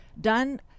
done